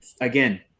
again